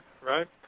right